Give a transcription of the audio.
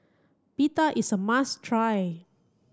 pita is a must try